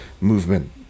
movement